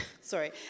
sorry